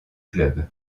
club